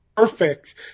Perfect